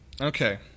Okay